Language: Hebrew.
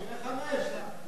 לא, שיהיה חמש בסך הכול.